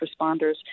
responders